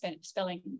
spelling